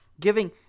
giving